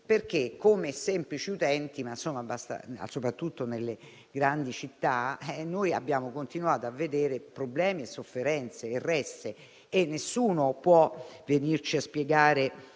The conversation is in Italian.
perché come semplici utenti - soprattutto nelle grandi città - abbiamo continuato a vedere problemi, sofferenze e resse, e nessuno può venirci a spiegare